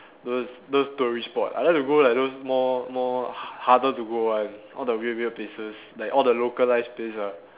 those those tourist spot I like to go like those more more ha~ harder to go one all the weird weird places like all the localised place ah